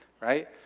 right